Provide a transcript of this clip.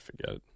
forget